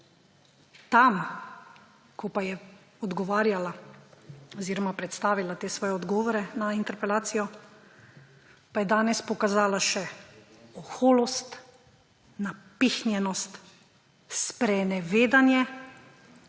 Tam, ko pa je odgovarjala oziroma predstavila te svoje odgovore na interpelacijo, pa je danes pokazala še oholost, napihnjenost, sprenevedanje,